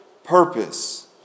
Purpose